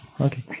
okay